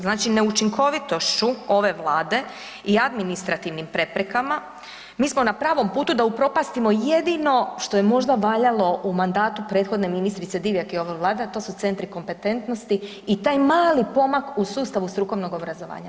Znači neučinkovitošću ove vlade i administrativnim preprekama mi smo na pravom putu da upropastimo jedino što je možda valjalo u mandatu prethodne ministrice Divjak i ove vlade, a to su centri kompetentnosti i taj mali pomak u sustavu strukovnog obrazovanja.